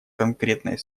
конкретной